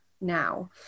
now